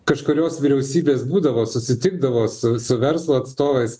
kažkurios vyriausybės būdavo susitikdavo su su verslo atstovais